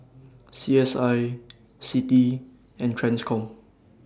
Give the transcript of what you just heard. C S I CITI and TRANSCOM